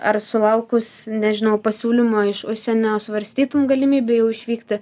ar sulaukus nežinau pasiūlymo iš užsienio svarstytum galimybę jau išvykti